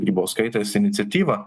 grybauskaitės iniciatyva